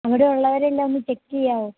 അവിടെയുള്ളവരെയെല്ലാം ഒന്ന് ചെക്ക് ചെയ്യാമോ